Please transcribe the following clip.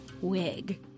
wig